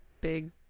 big